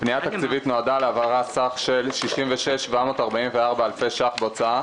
הפנייה התקציבית נועדה להעברת סך של 66,744 אלפי ש"ח בהוצאה